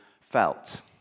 felt